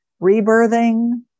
rebirthing